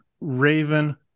Raven